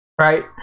right